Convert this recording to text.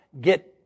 get